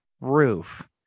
roof